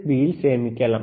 பியில் சேமிக்கலாம்